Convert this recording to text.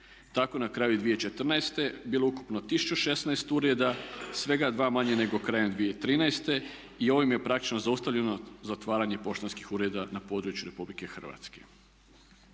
Tako je na kraju 2014. bilo ukupno 1016 ureda, svega dva manje nego krajem 2013. I ovime je praktično zaustavljeno zatvaranje poštanskih ureda na području Republike Hrvatske.